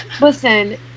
listen